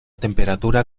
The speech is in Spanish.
temperatura